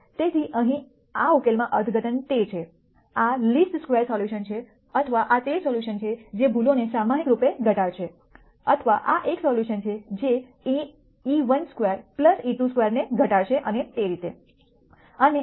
તેથી અહીં આ ઉકેલમાં અર્થઘટન તે છે આ લિસ્ટ સ્ક્વેર સોલ્યૂશન છે અથવા આ તે સોલ્યુશન છે જે ભૂલોને સામૂહિકરૂપે ઘટાડશે અથવા આ એક સોલ્યુશન છે જે e12 e22 ને ઘટાડશે અને તેથી પર